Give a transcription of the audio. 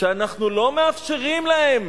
שאנחנו לא מאפשרים להם